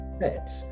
pets